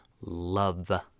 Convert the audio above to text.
love